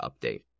update